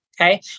okay